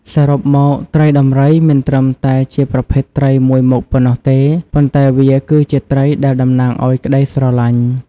សរុបមក ត្រីដំរីមិនត្រឹមតែជាប្រភេទត្រីមួយមុខប៉ុណ្ណោះទេ ប៉ុន្តែវាគឺជាត្រីដែលតំណាងឱ្យក្តីស្រឡាញ់។